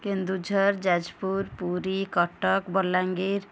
Keonjhar Jajpur Puri Cuttack Balangir